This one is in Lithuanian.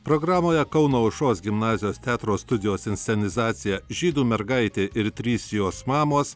programoje kauno aušros gimnazijos teatro studijos inscenizacija žydų mergaitė ir trys jos mamos